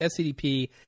SCDP